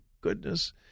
goodness